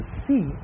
see